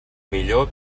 millor